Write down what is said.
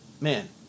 man